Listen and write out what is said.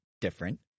different